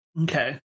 Okay